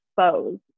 exposed